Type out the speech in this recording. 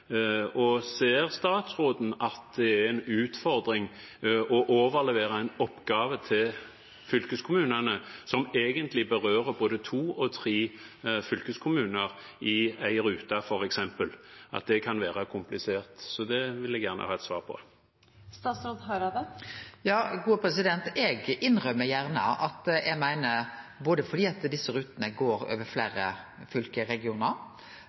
Ser statsråden at det er en utfordring å overlevere en oppgave til fylkeskommunene som egentlig berører både to og tre fylkeskommuner i én rute, f.eks., og at det kan være komplisert? Det vil jeg gjerne ha et svar på. Eg innrømmer gjerne, fordi desse rutene går over fleire fylke og regionar, at noko av teknologiutviklinga kan det vere fordelar ved at